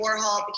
Warhol